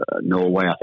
Norway